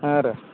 ಹಾಂ ರೀ